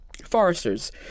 foresters